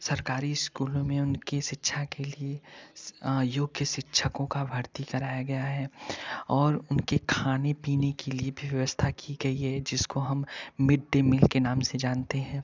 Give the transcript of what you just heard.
सरकारी स्कूलों में उनकी शिक्षा के लिए योग्य शिक्षकों का भर्ती कराया गया है और उनके खाने पीने के लिए भी व्यवस्था की गई है जिसको हम मिड डे मील के नाम से जानते हैं